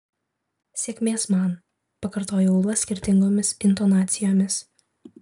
sėkmės man pakartojo ūla skirtingomis intonacijomis